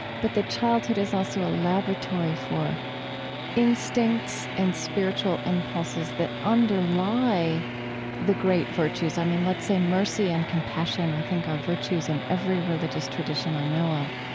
but that childhood is also a laboratory for instincts and spiritual impulses that underlie the great virtues. i mean, let's say mercy and compassion, i think, are virtues in every religious tradition i know of.